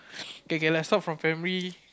okay okay lah start from primary